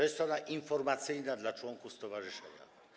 Jest strona informacyjna dla członków stowarzyszenia.